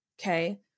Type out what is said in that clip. Okay